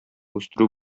үстерү